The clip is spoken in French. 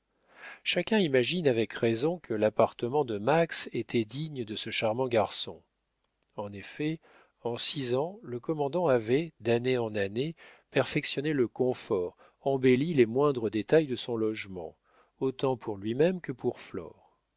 chacun imagine avec raison que l'appartement de max était digne de ce charmant garçon en effet en six ans le commandant avait d'année en année perfectionné le comfort embelli les moindres détails de son logement autant pour lui-même que pour